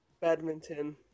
badminton